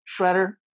Shredder